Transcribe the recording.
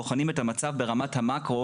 בוחנים את המצב ברמת המקרו,